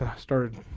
started